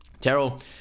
Terrell